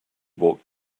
walked